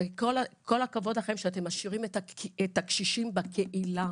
וכל הכבוד לכם שאתם משאירים את הקשישים בקהילה